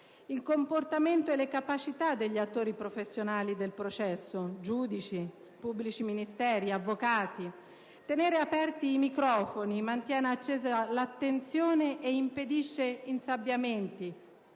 i comportamenti e le capacità degli attori professionali del processo (giudici, pubblici ministeri ed avvocati). Tenere aperti i microfoni mantiene accesa l'attenzione ed impedisce insabbiamenti;